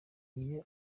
iyo